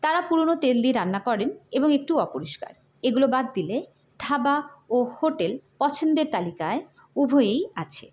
তারা পুরোনো তেল দিয়ে রান্না করেন এবং একটু অপরিষ্কার এগুলো বাদ দিলে ধাবা ও হোটেল পছন্দের তালিকায় উভয়ই আছে